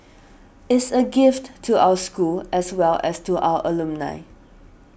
is a gift to our school as well as to our alumni